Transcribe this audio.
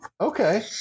Okay